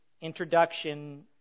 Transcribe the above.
introduction